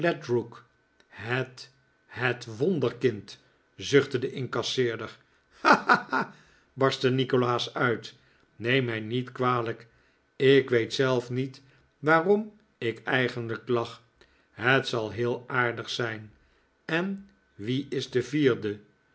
het het wonderkind zuchtte de incasseerder ha ha ha barstte nikolaas uit neem mij niet kwalijk ik weet zelf niet waarom ik eigenlijk lach het zal heel aardig zijn en wie is de vierde